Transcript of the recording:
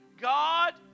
God